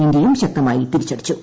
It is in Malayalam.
ഇന്ത്യയും ശക്തമായി തിരിച്ചടിച്ചു